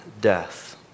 death